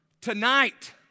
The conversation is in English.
tonight